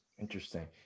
Interesting